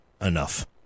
enough